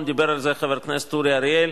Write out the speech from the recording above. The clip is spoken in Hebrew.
אני עובר להצביע בקריאה שלישית,